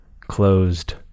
closed